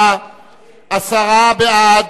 עשרה בעד,